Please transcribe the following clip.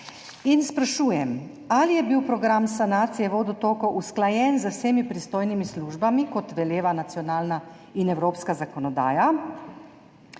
Sprašujem: Ali je bil program sanacije vodotokov usklajen z vsemi pristojnimi službami, kot velevata nacionalna in evropska zakonodaja?